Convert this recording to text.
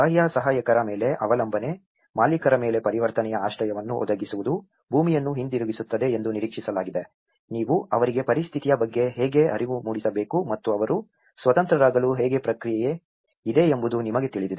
ಬಾಹ್ಯ ಸಹಾಯಕರ ಮೇಲೆ ಅವಲಂಬನೆ ಮಾಲೀಕರ ಮೇಲೆ ಪರಿವರ್ತನೆಯ ಆಶ್ರಯವನ್ನು ಒದಗಿಸುವುದು ಭೂಮಿಯನ್ನು ಹಿಂದಿರುಗಿಸುತ್ತದೆ ಎಂದು ನಿರೀಕ್ಷಿಸಲಾಗಿದೆ ನೀವು ಅವರಿಗೆ ಪರಿಸ್ಥಿತಿಯ ಬಗ್ಗೆ ಹೇಗೆ ಅರಿವು ಮೂಡಿಸಬೇಕು ಮತ್ತು ಅವರು ಸ್ವತಂತ್ರರಾಗಲು ಹೇಗೆ ಪ್ರಕ್ರಿಯೆ ಇದೆ ಎಂಬುದು ನಿಮಗೆ ತಿಳಿದಿದೆ